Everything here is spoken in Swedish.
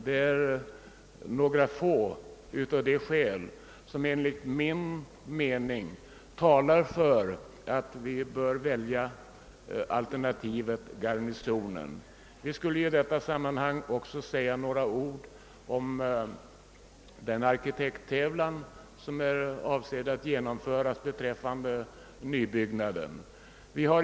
Detta är några av de skäl som enligt min mening talar för att vi bör välja alternativet Garnisonen. Jag skall i detta sammanhang också säga några ord om den arkitekttävlan som är avsedd att genomföras beträffande nybyggnaden.